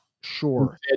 Sure